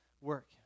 work